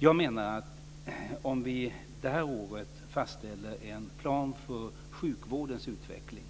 Jag menar att om vi detta år fastställer en plan för sjukvårdens utveckling